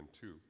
two